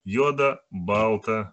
juoda balta